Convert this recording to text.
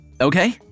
okay